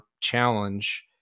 challenge